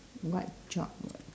what job would